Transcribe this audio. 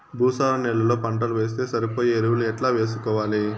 భూసార నేలలో పంటలు వేస్తే సరిపోయే ఎరువులు ఎట్లా వేసుకోవాలి?